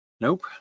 Nope